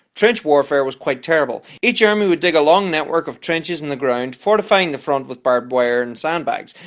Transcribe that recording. trench warfare was quite terrible. each army would dig a long network of trenches in the ground, fortifying the front with barbed wire and sandbags.